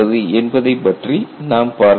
என்பதை பற்றி நாம் பார்க்கலாம்